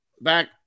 back